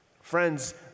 Friends